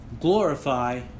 glorify